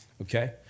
Okay